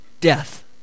death